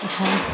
तठा